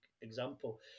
example